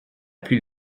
plus